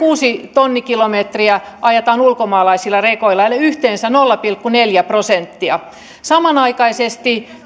tonnikilometriä ajetaan ulkomaalaisilla rekoilla eli yhteensä nolla pilkku neljä prosenttia samanaikaisesti